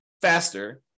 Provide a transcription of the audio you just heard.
faster